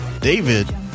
David